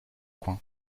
coin